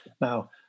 now